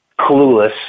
clueless